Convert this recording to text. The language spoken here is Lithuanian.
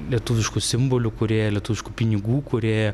lietuviškų simbolių kūrėją lietuviškų pinigų kūrėją